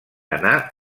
anar